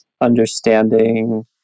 understanding